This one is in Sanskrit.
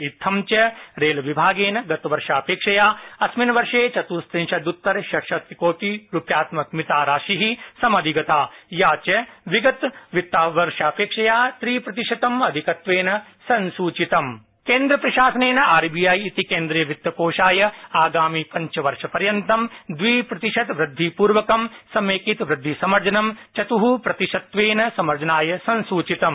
इत्थंच रेलविभागेन गतवर्षापेक्षया अस्मिन् वर्षे चतुस्तिंशदृत्तर षट्शतकोटिरूप्यात्मक मितात्मिका राशि समधिगता या च पूर्ववित्वर्षापेक्षया त्रिप्रतिशतम् अधिकत्वेन संसूचितम् आरबीआई केन्द्रप्रशासनेन आर बी आई इति केन्द्रीय वित्त कोषाय आगामि पंचवर्षपर्यन्तं द्विप्रतिशत् वृद्धि पूर्वकं समेकितवृद्धिसमर्जनं चत्ः प्रतिशत्वेन समर्जनाय संसूचितम्